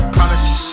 Promise